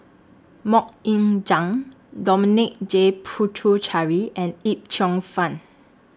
Mok Ying Jang Dominic J Puthucheary and Yip Cheong Fun